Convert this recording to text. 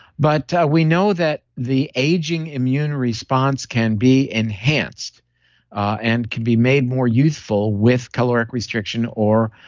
but we know that the aging immune response can be enhanced and can be made more youthful with caloric restriction or